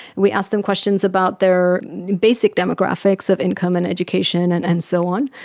we asked them questions about their basic demographics of income and education and and so on,